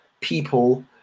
people